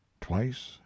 twice